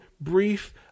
brief